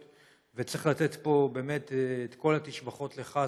וצריך לתת פה באמת את כל התשבחות לך,